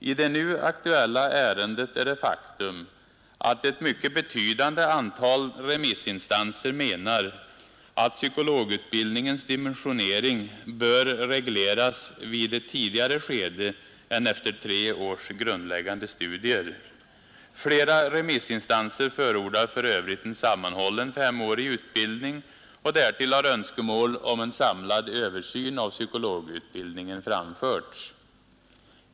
I det nu aktuella ärendet är det ett faktum att ett betydande antal remissinstanser ménar att psykologutbildningens dimensionering bör regleras vid ett tidigare skede än efter tre års grundläggande studier. Flera remissinstanser förordar för övrigt en sammanhållen femårig utbildning. Därtill har önskemål om en samlad översyn av psykologutbildningen framförts.